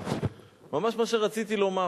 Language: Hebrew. ממש מה שרציתי לומר